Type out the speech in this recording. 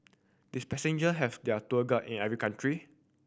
did passenger have their tour guide in every country